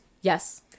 yes